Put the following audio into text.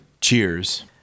Cheers